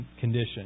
condition